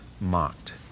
mocked